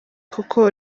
kuko